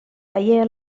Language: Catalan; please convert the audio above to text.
veié